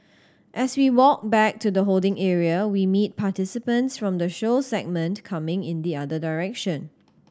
as we walk back to the holding area we meet participants from the show segment coming in the other direction